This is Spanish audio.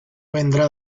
vendrá